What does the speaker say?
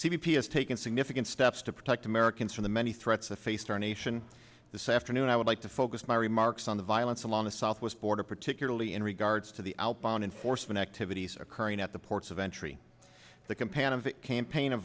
s taken significant steps to protect americans from the many threats that face our nation this afternoon i would like to focus my remarks on the violence along the southwest border particularly in regards to the outbound enforcement activities occurring at the ports of entry the compan of